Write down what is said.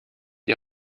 die